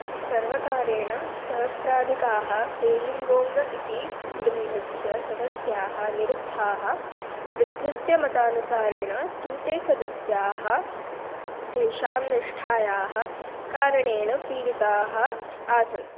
सर्वकारेण सहस्राधिकाः फ़ेलिङ्गोङ्ग इति वृन्दस्य सदस्याः निरुद्धाः वृन्दस्य मतानुसारेण तु ते सदस्याः तेषां निष्ठायाः कारणेन पीडिताः आसन्